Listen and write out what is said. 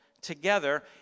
together